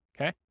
okay